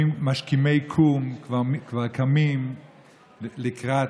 משכימי קום, כבר קמים לקראת